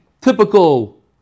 typical